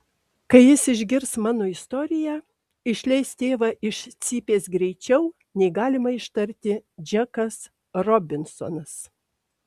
kai jis išgirs mano istoriją išleis tėvą iš cypės greičiau nei galima ištarti džekas robinsonas